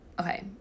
okay